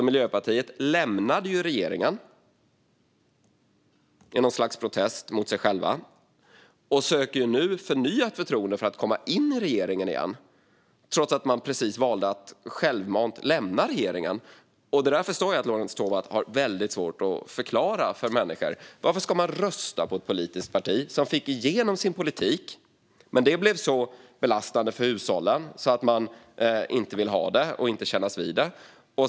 Miljöpartiet lämnade då regeringen i något slags protest mot sig själva och söker nu förnyat förtroende för att komma in i regeringen igen, trots att man nyss valde att självmant lämna den. Jag förstår att Lorentz Tovatt har väldigt svårt att förklara det där för människor. Varför ska man rösta på ett sådant politiskt parti? Det är ett parti som fick igenom sin politik, men det var en politik som blev så belastande för hushållen att de inte ville ha den och inte ville kännas vid den.